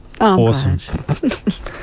Awesome